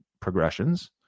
progressions